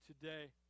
today